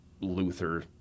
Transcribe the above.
Luther